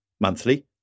monthly